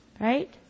right